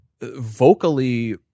vocally